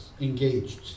engaged